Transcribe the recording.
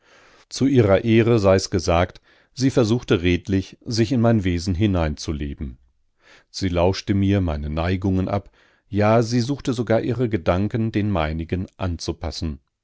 zu ihrer ehre sei's gesagt sie versuchte redlich sich in mein wesen hineinzuleben sie lauschte mir meine neigungen ab ja sie suchte sogar ihre gedanken den meinigen anzupassen